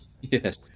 Yes